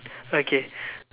okay